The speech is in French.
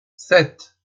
sept